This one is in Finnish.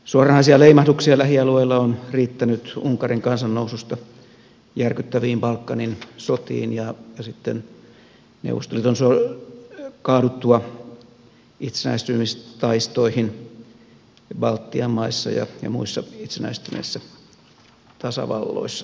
suoranaisia leimahduksia lähialueilla on riittänyt unkarin kansannoususta järkyttäviin balkanin sotiin ja sitten neuvostoliiton kaaduttua itsenäistymistaistoihin baltian maissa ja muissa itsenäistyneissä neuvostotasavalloissa